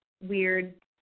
weird